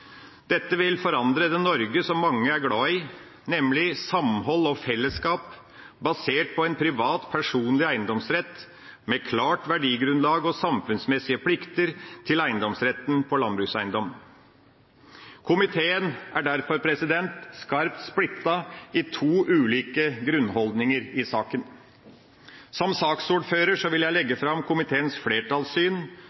Dette vil forandre det Norge som mange er glad i, nemlig samhold og fellesskap basert på en privat, personlig eiendomsrett med klart verdigrunnlag og samfunnsmessige plikter til eiendomsretten på landbrukseiendom. Komiteen er derfor skarpt splittet i to ulike grunnholdninger i saken. Som saksordfører vil jeg legge